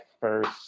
first